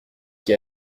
qui